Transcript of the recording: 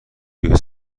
روی